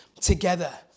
together